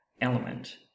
element